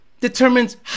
determines